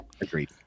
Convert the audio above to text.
Agreed